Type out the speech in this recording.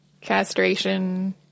Castration